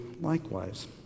likewise